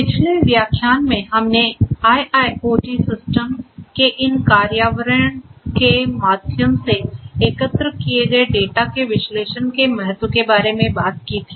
पिछले व्याख्यान में हमने IIoT सिस्टम के इन कार्यान्वयन के माध्यम से एकत्र किए गए डेटा के विश्लेषण के महत्व के बारे में बात की थी